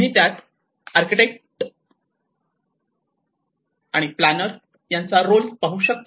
तुम्ही त्यात आर्किटेक्ट आणि प्लानर यांचा रोल पाहू शकता